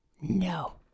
No